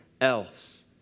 else